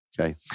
Okay